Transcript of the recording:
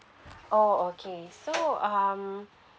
oh okay so um